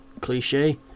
cliche